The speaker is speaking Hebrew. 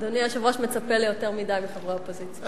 אדוני היושב-ראש מצפה ליותר מדי מחברי האופוזיציה.